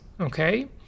okay